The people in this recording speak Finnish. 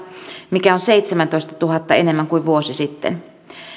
mikä on seitsemäntoistatuhannen enemmän kuin vuosi sitten